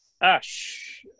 Ash